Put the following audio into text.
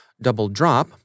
double-drop